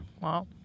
Wow